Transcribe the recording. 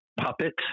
puppet